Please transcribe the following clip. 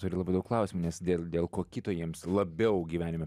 turi labai daug klausimų nes dėl dėl ko kito jiems labiau gyvenime